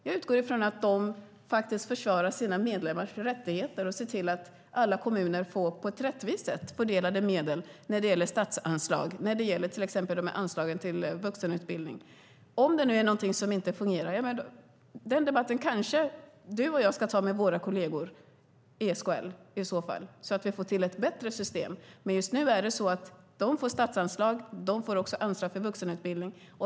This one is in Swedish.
Jag utgår från att de försvarar sina medlemmars rättigheter och ser till att alla kommuner på ett rättvist sätt får del av fördelade statsanslag, till exempel anslagen till vuxenutbildning. Om det nu är någonting som inte fungerar kanske du och jag ska ta den debatten med våra kolleger i SKL, så att vi får till ett bättre system. Men just nu är det så att de får statsanslag och anslag för vuxenutbildning.